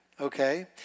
okay